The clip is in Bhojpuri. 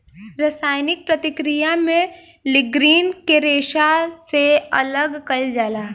रासायनिक प्रक्रिया में लीग्रीन के रेशा से अलग कईल जाला